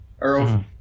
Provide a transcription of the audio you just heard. Earl